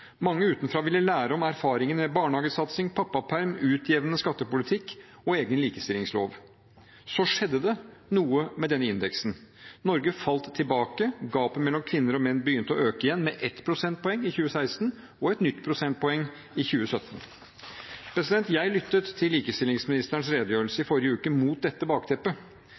Mange utenfra ville lære om erfaringene med barnehagesatsing, pappaperm, utjevnende skattepolitikk og egen likestillingslov. Så skjedde det noe på denne indeksen. Norge falt tilbake. Gapet mellom kvinner og menn begynte å øke igjen, med 1 prosentpoeng i 2016 og et nytt prosentpoeng i 2017. Jeg lyttet til likestillingsministerens redegjørelse i forrige uke mot dette bakteppet.